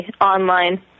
online